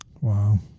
Wow